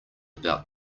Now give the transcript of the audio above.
about